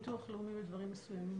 גם בביטוח לאומי בדברים מסוימים.